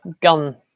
gun